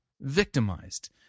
victimized